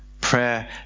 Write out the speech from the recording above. Prayer